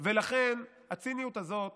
ולכן, הציניות הזאת